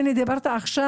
על מה שדיברת עכשיו,